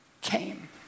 came